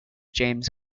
james